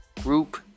Group